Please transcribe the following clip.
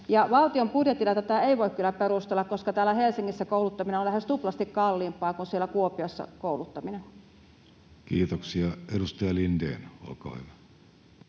Valtion budjetilla tätä ei voi kyllä perustella, koska täällä Helsingissä kouluttaminen on lähes tuplasti kalliimpaa kuin siellä Kuopiossa kouluttaminen. [Speech 69] Speaker: